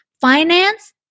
Finance